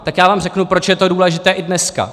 Tak já vám řeknu, proč je to důležité i dneska.